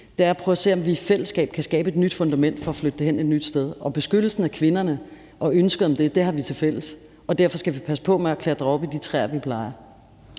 – er at prøve at se, om vi i fællesskab kan skabe et nyt fundament for at flytte det hen et nyt sted. Og beskyttelsen af kvinderne og ønsket om det har vi tilfælles, og derfor skal vi passe på med at klatre op i de træer, vi plejer.